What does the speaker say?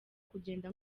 kugenda